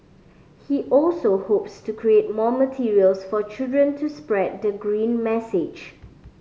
he also hopes to create more materials for children to spread the green message